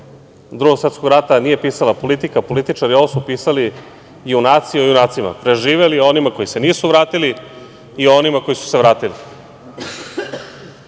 Drugog svetskog rata, nije pisala politika, političari, ovo su pisali junaci o junacima, preživeli o onima koji se nisu vratili i o onima koji su se vratili. Mi,